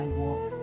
walk